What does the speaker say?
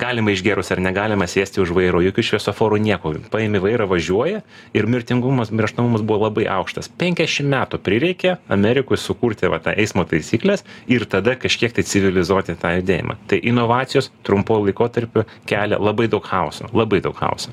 galima išgėrus ar negalima sėsti už vairo jokių šviesoforų nieko paimi vairą važiuoja ir mirtingumas mirštamumas buvo labai aukštas penkiašim metų prireikė amerikoj sukurti va tą eismo taisykles ir tada kažkiek tai civilizuoti tą judėjimą tai inovacijos trumpuoju laikotarpiu kelia labai daug chaoso labai daug chaoso